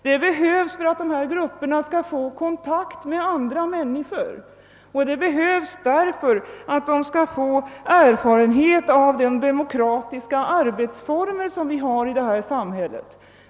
Det behövs för att dessa grupper skall få kontakt med andra människor, det behövs därför att de skall få erfarenhet av de demokratiska arbetsformer vi har i samhället.